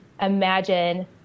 imagine